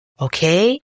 okay